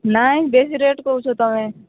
ନାଇଁ ବେଶି ରେଟ୍ କହୁଛ ତୁମେ